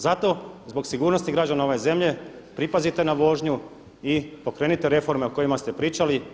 Zato zbog sigurnosti građana ove zemlje pripazite na vožnju i pokrenite reforme o kojima ste pričali.